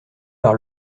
par